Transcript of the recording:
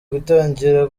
gutangira